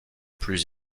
plus